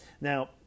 now